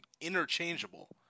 interchangeable